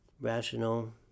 rational